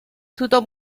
tothom